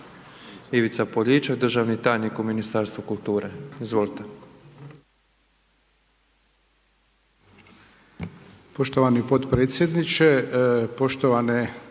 Ivica Poljičak, državni tajnik u Ministarstvu kulture, izvolite. **Poljičak, Ivica** Poštovani potpredsjedniče, poštovane